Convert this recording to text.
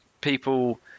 people